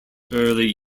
early